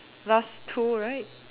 last two right